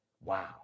Wow